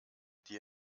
die